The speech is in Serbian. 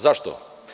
Zašto?